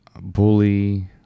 Bully